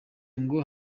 ngo